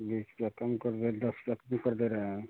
ख़त्म कर रहे दस तक में कर दे रहे हैं